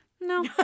No